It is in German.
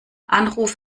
anruf